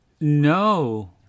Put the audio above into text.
No